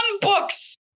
books